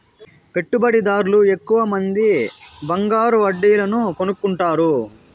పెట్టుబడిదార్లు ఎక్కువమంది బంగారు కడ్డీలను కొనుక్కుంటారు